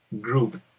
group